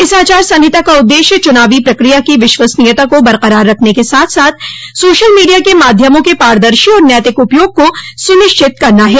इस आचार संहिता का उद्देश्य चुनावी प्रक्रिया की विश्वसनीयता को बरकरार रखने के साथ साथ सोशल मीडिया के माध्यमों के पारदर्शी और नैतिक उपयोग को सुनिश्चित करना है